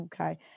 Okay